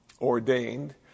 ordained